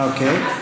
אוקיי.